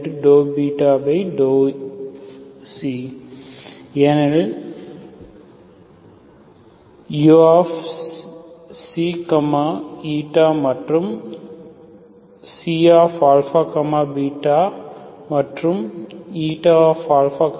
∂β ஏனெனில் uξ மற்றும் ξαβ மற்றும் αβ